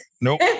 Nope